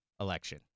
election